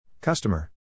Customer